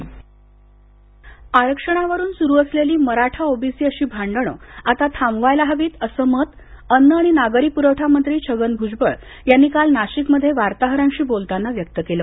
आरक्षण वाद आरक्षणावरून सुरू असलेली मराठा ओबीसी अशी भांडणं आता थांबवायला हवीत असं मत अन्न आणि नागरी प्रवठा मंत्री छगन भ्जबळ यांनी काल नाशिकमध्ये वार्ताहरांशी बोलताना व्यक्त केलं